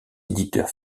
éditeurs